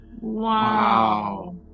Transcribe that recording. Wow